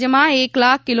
રાજ્યમાં એક લાખ કિ